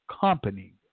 company